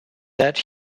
said